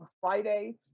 Friday